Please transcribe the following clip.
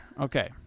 Okay